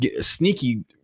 sneaky